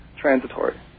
transitory